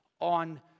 on